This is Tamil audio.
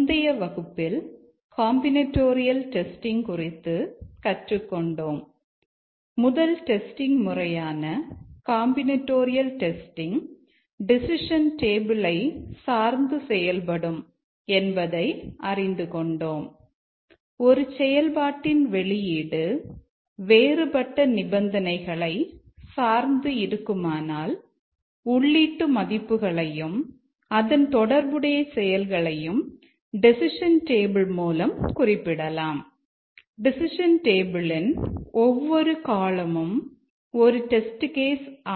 முந்தைய வகுப்பில் காம்பினட்டோரியல் டெஸ்டிங்